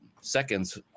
seconds